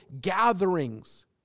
gatherings